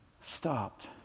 stopped